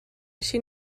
així